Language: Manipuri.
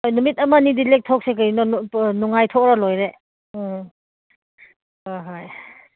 ꯍꯣꯏ ꯅꯨꯃꯤꯠ ꯑꯃꯅꯤꯗꯤ ꯂꯦꯛꯊꯣꯛꯁꯦ ꯀꯩꯅꯣ ꯅꯨꯡꯉꯥꯏꯊꯣꯛꯎꯔꯒ ꯂꯣꯏꯔꯦ ꯎꯝ ꯍꯣꯏ ꯍꯣꯏ